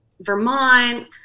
Vermont